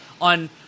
on